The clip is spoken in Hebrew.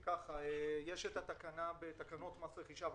התקנה בתקנות מס רכישה,